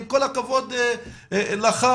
עם כל הכבוד לך,